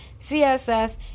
CSS